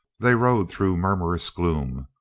they rode through murmurous gloom.